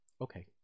Okay